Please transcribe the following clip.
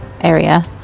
area